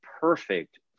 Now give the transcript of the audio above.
perfect